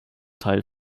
teil